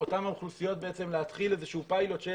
אותם האוכלוסיות אפשר להתחיל איזה פיילוט של